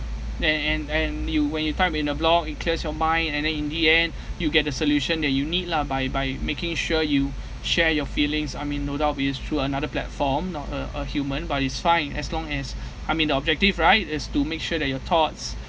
then and and you when you type in a blog it clears your mind and then in the end you get a solution that you need lah by by making sure you share your feelings I mean no doubt it is through another platform not a a human but is fine as long as I mean the objective right is to make sure that your thoughts